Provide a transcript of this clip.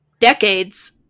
decades